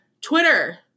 Twitter